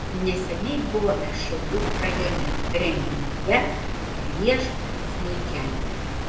neseniai buvome šiaulių rajone renginyje griežk smuikeli